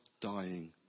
dying